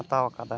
ᱦᱟᱛᱟᱣ ᱠᱟᱫᱟ